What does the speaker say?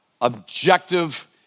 objective